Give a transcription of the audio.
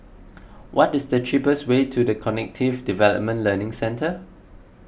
what is the cheapest way to the Cognitive Development Learning Centre